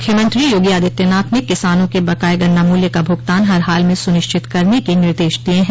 मुख्यमंत्री योगी आदित्यनाथ ने किसानों के बकाये गन्ना मूल्य का भुगतान हरहाल में सुनिश्चित करने के निर्देश दिये हैं